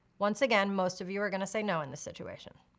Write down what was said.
once again, most of you are gonna say no in this situation.